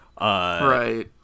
Right